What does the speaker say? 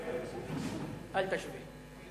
אל תשווה.